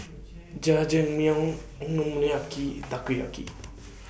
Jajangmyeon Okonomiyaki Takoyaki